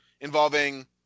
involving